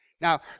Now